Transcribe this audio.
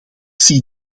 zie